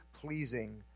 pleasing